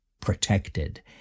protected